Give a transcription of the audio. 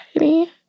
okay